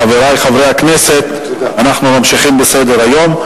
חברי חברי הכנסת, אנחנו ממשיכים בסדר-היום: